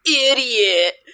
idiot